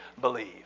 believe